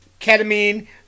ketamine